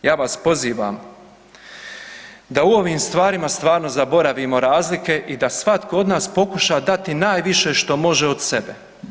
Ja vas pozivam da u ovim stvarima stvarno zaboravimo razlike i da svatko od nas pokuša dati najviše što može od sebe.